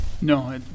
No